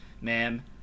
ma'am